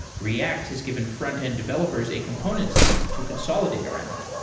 react has given frontend developers a component system to consolidate around.